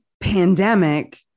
pandemic